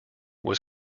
was